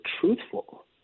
truthful